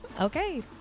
okay